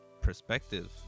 perspective